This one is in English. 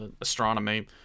astronomy